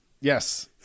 Yes